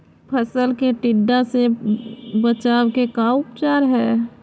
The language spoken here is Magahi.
फ़सल के टिड्डा से बचाव के का उपचार है?